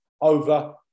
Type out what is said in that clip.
over